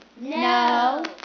No